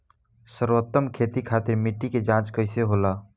सर्वोत्तम खेती खातिर मिट्टी के जाँच कईसे होला?